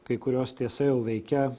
kai kurios tiesa jau veikia